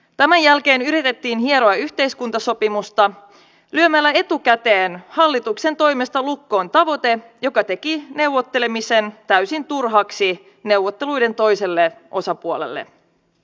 tämän jälkeen yritettiin hieroa yhteiskuntasopimusta lyömällä etukäteen hallituksen toimesta lukkoon tavoite joka teki neuvottelemisen täysin turhaksi neuvotteluiden toiselle osapuolelle